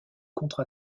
contre